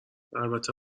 البته